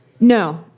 No